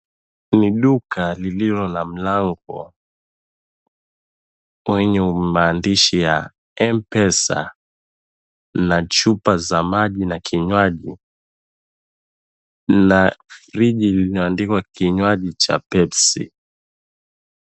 Ni duka lililo na mlango wenye maandishi ya M-Pesa na chupa za maji na kinywaji na friji lililoandikwa kinywaji cha Pepsi.